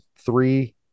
Three